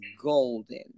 golden